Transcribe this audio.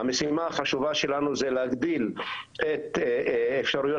המשימה החשובה שלנו זה להגדיל את אפשריות